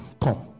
Come